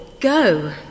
go